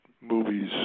movies